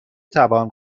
توان